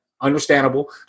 Understandable